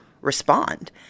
respond